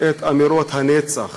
את אמירות הנצח